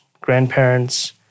grandparents